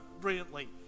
brilliantly